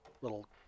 little